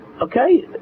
okay